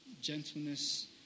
Gentleness